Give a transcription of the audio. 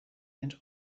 and